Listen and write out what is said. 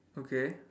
okay